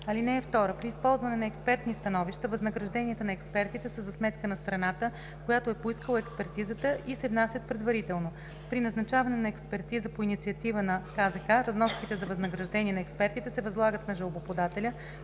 известна. (2) При използване на експертни становища възнагражденията на експертите са за сметка на страната, която е поискала експертизата и се внасят предварително. При назначаване на експертиза по инициатива на КЗК разноските за възнаграждение на експертите се възлагат на жалбоподателя